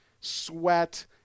sweat